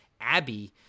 Abby